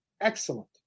excellent